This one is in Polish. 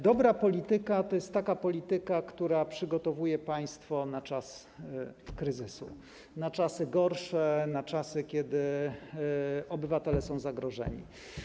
Dobra polityka to jest taka polityka, która przygotowuje państwo na czas kryzysu, na czasy gorsze, na czasy, kiedy obywatele są zagrożeni.